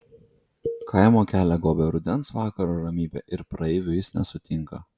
kaimo kelią gobia rudens vakaro ramybė ir praeivių jis nesutinka